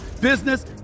business